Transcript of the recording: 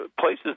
places